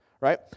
right